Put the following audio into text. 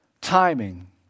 timing